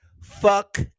fuck